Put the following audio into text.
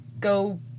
go